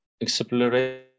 exploration